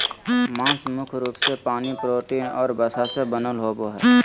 मांस मुख्य रूप से पानी, प्रोटीन और वसा से बनल होबो हइ